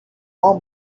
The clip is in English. all